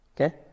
Okay